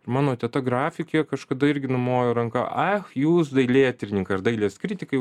mano teta grafikė kažkada irgi numojo ranka ach jūs dailėtyrininkai ir dailės kritikai